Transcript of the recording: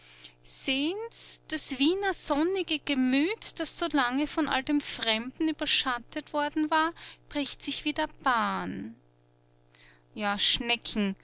das wiener sonnige gemüt das so lange von all dem fremden überschattet worden war bricht sich wieder bahn ja schnecken